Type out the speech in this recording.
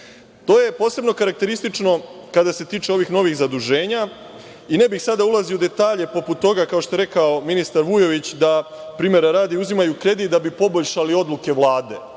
je posebno karakteristično kada se tiče ovih novih zaduženja. Ne bih sada ulazio u detalje, poput toga, kao što je rekao ministar Vujović, da primera radi uzimaju kredit da bi poboljšali odluke Vlade.